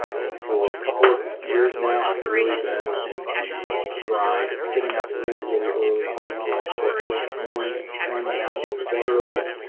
you know for a couple of years now i've really been in the grind of getting up really really early and doing all my work early in the morning and grinding it out and getting to bed early and